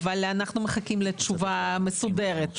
אבל, אנחנו מחכים לתשובה מסודרת.